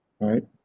right